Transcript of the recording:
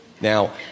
Now